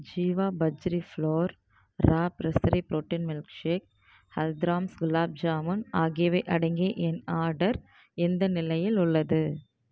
Jeeva bajri flour raw pressery protein milk shake Haldiram's gulab jamun ஆகியவை அடங்கிய என் ஆடர் எந்த நிலையில் உள்ளது